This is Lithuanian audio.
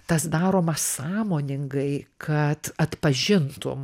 tas daroma sąmoningai kad atpažintum